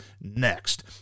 next